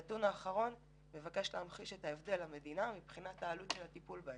הנתון האחרון מבקש להמחיש את ההבדל מבחינת העלות של הטיפול בהם.